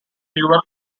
fewer